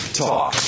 talk